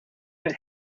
that